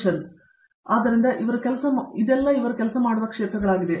ಪ್ರತಾಪ್ ಹರಿಡೋಸ್ ಆದ್ದರಿಂದ ಇವರು ಕೆಲಸ ಮಾಡುವ ಎಲ್ಲಾ ಕ್ಷೇತ್ರಗಳಾಗಿವೆ